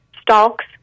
stalks